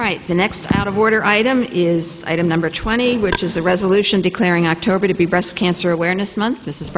right the next out of order item is item number twenty which is the resolution declaring october to be breast cancer awareness month this is